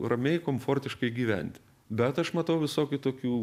ramiai komfortiškai gyventi bet aš matau visokių tokių